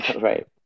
right